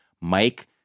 Mike